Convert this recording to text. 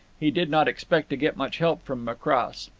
he did not expect to get much help from macross.